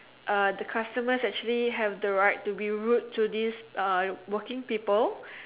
uh the customers actually have the right to be rude to these uh working people